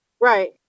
Right